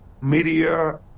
media